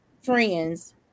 friends